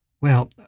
Well